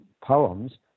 poems